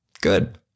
Good